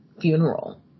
Funeral